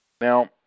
Now